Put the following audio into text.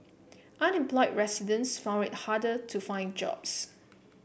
unemployed residents found it harder to find jobs